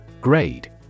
Grade